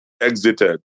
exited